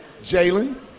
Jalen